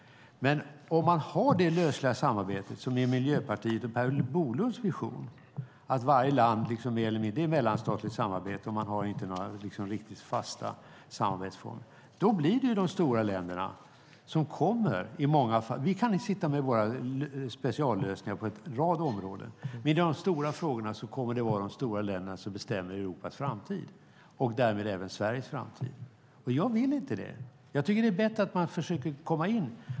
Men om man har det lösliga samarbete som är Per Bolunds och Miljöpartiets vision, att varje land ska ha ett mellanstatligt samarbete och att man inte ska ha några riktigt fasta samarbetsformer, då blir det de stora länderna som i många fall kommer att bestämma. Vi kan sitta med våra speciallösningar på en rad områden. Men i de stora frågorna kommer det att vara de stora länderna som bestämmer Europas framtid och därmed även Sveriges framtid. Jag vill inte det. Jag tycker att det är bättre att man försöker komma in.